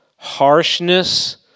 harshness